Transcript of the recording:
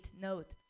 note